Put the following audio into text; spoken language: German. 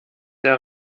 der